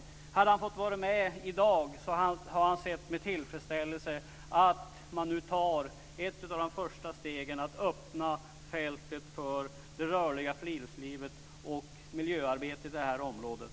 Om han hade fått vara med i dag hade han kunnat se med tillfredsställelse på att man nu tar ett av de första stegen för att öppna fältet för det rörliga friluftslivet och miljöarbetet i det här området.